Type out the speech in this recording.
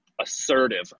Assertive